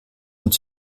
und